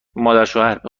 مادرشوهربه